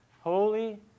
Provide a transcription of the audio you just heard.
holy